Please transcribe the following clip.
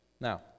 Now